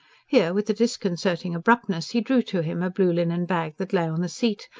here, with a disconcerting abruptness, he drew to him a blue linen bag that lay on the seat,